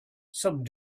some